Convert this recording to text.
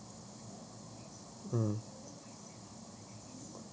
mm